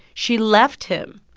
she left him,